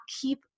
keep